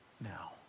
now